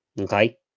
okay